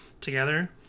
together